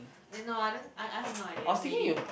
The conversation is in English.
eh no I don't I I have no idea maybe